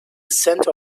center